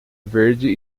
verde